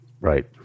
Right